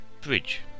Bridge